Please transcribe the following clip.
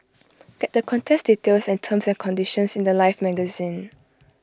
get the contest details and terms and conditions in The Life magazine